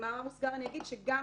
במאמר מוסגר אני אגיד שגם